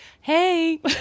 Hey